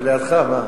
נכון.